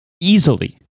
easily